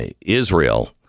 Israel